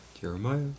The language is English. Jeremiah